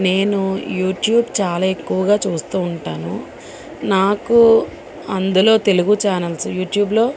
నేను యూట్యూబ్ చాలా ఎక్కువగా చూస్తు ఉంటాను నాకు అందులో తెలుగు చానల్స్ యూట్యూబ్లో